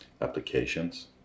applications